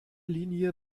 linie